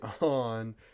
on